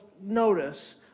notice